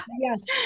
Yes